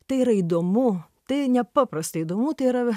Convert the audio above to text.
tai yra įdomu tai nepaprastai įdomu tai yra